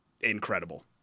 Incredible